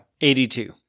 82